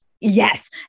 yes